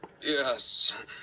Yes